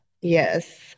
Yes